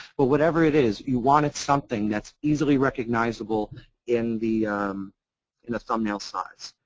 but whatever it is, you want it something that's easily recognizable in the in a thumbnail size.